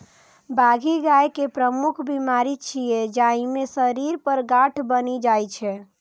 बाघी गाय के प्रमुख बीमारी छियै, जइमे शरीर पर गांठ बनि जाइ छै